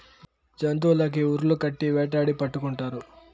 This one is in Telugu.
జంతులకి ఉర్లు కట్టి వేటాడి పట్టుకుంటారు